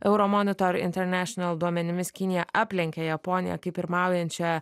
euromonitor internešinal duomenimis kinija aplenkė japoniją kaip pirmaujančią